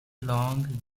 long